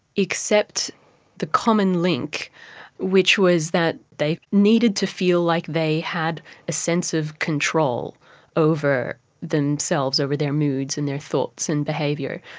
except the common link which was that they needed to feel like they had a sense of control over themselves, over their moods and their thoughts and behaviour,